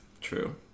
True